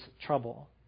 trouble